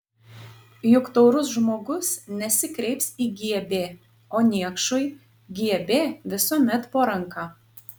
juk taurus žmogus nesikreips į gb o niekšui gb visuomet po ranka